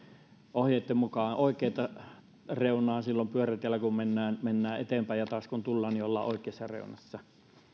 ohjeitten mukaan oikeata reunaa pyörätiellä silloin kun mennään mennään eteenpäin ja taas kun tullaan niin ollaan oikeassa reunassa